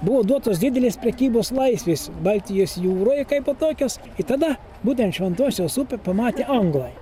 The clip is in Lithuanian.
buvo duotos didelės prekybos laisvės baltijos jūroje kaipo tokios i tada būtent šventosios upę pamatė anglai